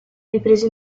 ripreso